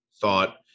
thought